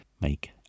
make